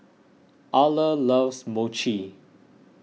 Arla loves Mochi